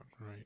right